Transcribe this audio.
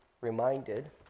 reminded